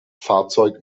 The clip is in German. fahrzeug